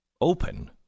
open